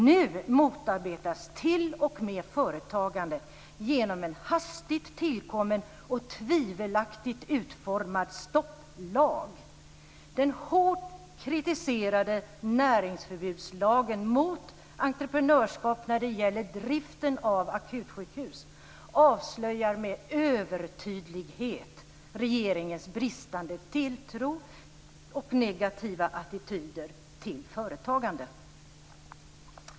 Nu motarbetas t.o.m. företagande genom en hastigt tillkommen och tvivelaktigt utformad stopplag. Den hårt kritiserade näringsförbudslagen mot entreprenörskap när det gäller driften av akutsjukhus avslöjar med övertydlighet regeringens bristande tilltro och negativa attityder till företagande.